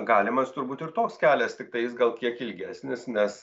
galimas turbūt ir toks kelias tiktais gal kiek ilgesnis nes